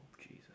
Jesus